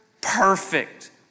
perfect